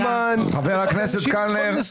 ככה חשב נתניהו ב-99,